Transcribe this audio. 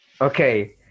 okay